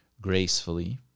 gracefully